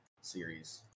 series